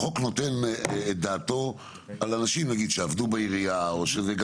החוק נותן את דעתו על אנשים נגיד שעבדו בעירייה או גם